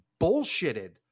bullshitted